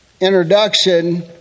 introduction